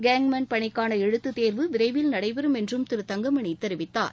gangman பணிக்காள எழுத்துத் தேர்வு விரைவில் நடைபெறும் என்றும் திரு தங்கமணி தெரிவித்தார்